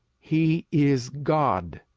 he is god,